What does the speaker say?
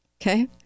okay